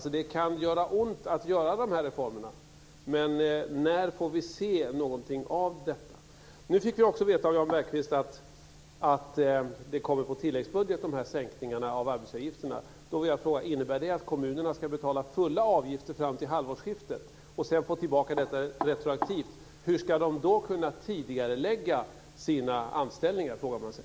Det kan göra ont att genomföra de här reformerna, men när får vi se någonting av dessa? Nu fick vi också veta av Jan Bergqvist att sänkningarna av arbetsgivareavgifterna kommer i tilläggsbudgeten. Då vill jag fråga: Innebär det att kommunerna ska betala fulla avgifter fram till halvårsskiftet och sedan få tillbaka dem retroaktivt? Hur ska de då kunna tidigarelägga sina anställningar, frågar man sig.